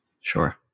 Sure